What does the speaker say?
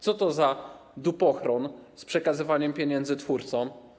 Co to za dupochron z przekazywaniem pieniędzy twórcom?